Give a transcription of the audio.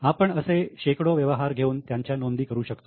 आपण असे शेकडो व्यवहार घेऊन त्यांच्या नोंदी करू शकतो